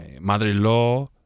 mother-in-law